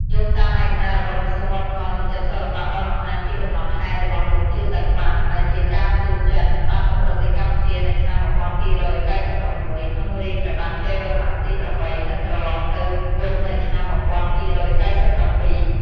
យោងតាមឯកសាររបស់ក្រសួងវប្បធម៌ និងវិចិត្រសិល្បៈបានបង្ហាញពីកំណត់ហេតុរបស់លោក ជីវ តាក្វាន់ ដែលជាការទូតចិន បានមកប្រទេសកម្ពុជានៅឆ្នាំ ១២៩៦ ក្នុងរាជ្យព្រះបាទជ័យវរ្ម័នទី៨ និងត្រឡប់ទៅវិញនៅឆ្នាំ ១២៩៧។